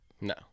No